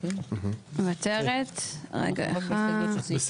מי בעד ההסתייגויות שהושמעו כאן,